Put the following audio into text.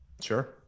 Sure